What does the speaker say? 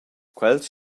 quels